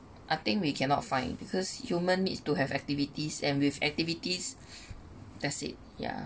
I think we cannot find because human needs to have activities and with activities that's it yeah